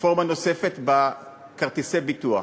רפורמה נוספת בכרטיסי הביטוח.